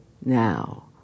now